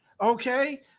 Okay